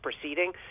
proceeding